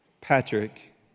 Patrick